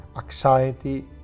anxiety